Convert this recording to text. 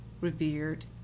revered